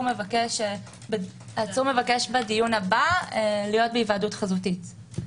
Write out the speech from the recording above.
מבקש בדיון הבא להיות בהיוועדות חזותית.